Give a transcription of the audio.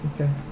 Okay